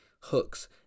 hooks